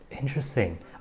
Interesting